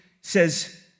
says